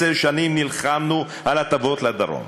עשר שנים נלחמנו על הטבות לדרום.